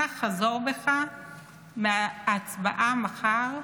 חזור בך מההצבעה מחר,